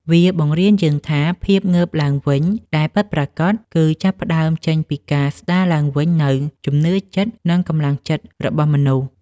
វាបង្រៀនយើងថា ភាពងើបឡើងវិញដែលពិតប្រាកដ គឺចាប់ផ្ដើមចេញពីការស្ដារឡើងវិញនូវ ជំនឿចិត្ត និងកម្លាំងចិត្ត របស់មនុស្ស។